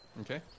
Okay